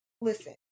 listen